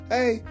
Hey